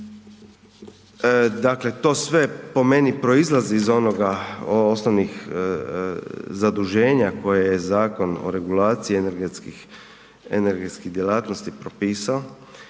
Dakle to sve po meni proizlazi iz osnovnih zaduženja koje je Zakon o regulaciji energetskih djelatnosti propisao